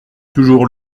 toujours